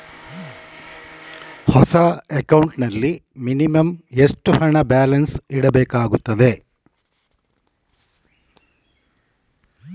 ಹೊಸ ಅಕೌಂಟ್ ನಲ್ಲಿ ಮಿನಿಮಂ ಎಷ್ಟು ಹಣ ಬ್ಯಾಲೆನ್ಸ್ ಇಡಬೇಕಾಗುತ್ತದೆ?